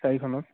চাৰিখনত